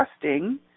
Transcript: trusting